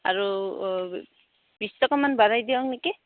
আৰু বিছ টকামান বাঢ়াই দিয়ক নেকি